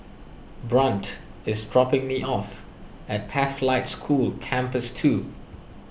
Brandt is dropping me off at Pathlight School Campus two